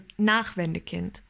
Nachwendekind